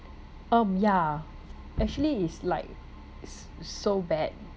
um ya actually it's like s~ so bad